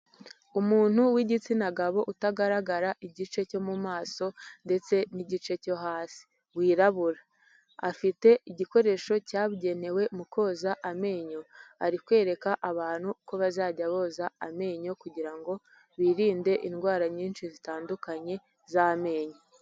Umuntu w'igitsina gabo utagaragara igice cyo mu maso ndetse n'igice cyo hasi wirabura, afite igikoresho cyabugenewe mu koza amenyo, ari kwereka abantu uko bazajya boza amenyo kugira ngo birinde indwara nyinshi zitandukanye z'amenyo.